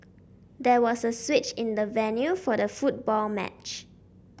there was a switch in the venue for the football match